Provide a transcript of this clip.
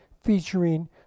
featuring